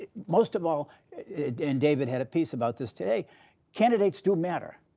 most of all and david had a piece about this today candidates do matter.